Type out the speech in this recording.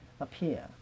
appear